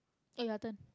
eh your turn